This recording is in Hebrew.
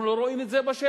אנחנו לא רואים את זה בשטח.